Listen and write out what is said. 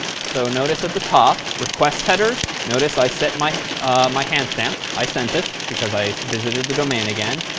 so notice at the top, request headers. notice i set my my hands stamp. i sent it, because i visited the domain again.